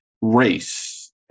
race